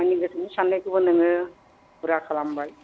आंनि गोसोनि साननायखौबो नोङो फुरा खालामबाय